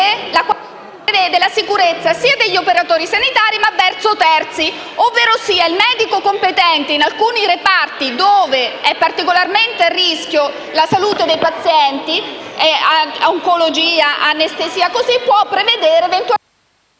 il che prevede la sicurezza degli operatori sanitari ma verso terzi, ovverosia il medico competente, in alcuni reparti dove è particolarmente a rischio la salute dei pazienti (oncologia, anestesia) può prevedere eventualmente...